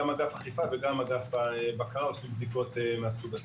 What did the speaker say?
אגף אכיפה וגם אגף בקרה עושים בדיקות מהסוג הזה.